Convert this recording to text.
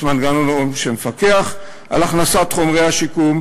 יש מנגנון שמפקח על הכנסת חומרי השיקום,